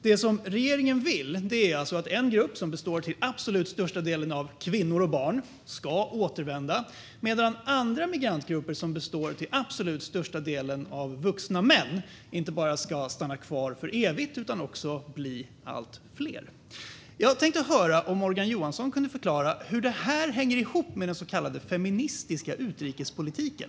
Det regeringen vill är alltså att en grupp, som till absolut största del består av kvinnor och barn, ska återvända. Samtidigt vill man att andra migrantgrupper, som till absolut största del består av vuxna män, inte bara ska stanna kvar för evigt utan också bli allt fler. Jag tänkte höra om Morgan Johansson kunde förklara hur det här hänger ihop med den så kallade feministiska utrikespolitiken.